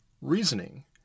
reasoning